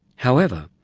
however,